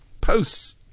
posts